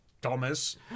Thomas